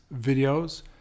videos